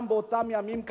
באותם ימים,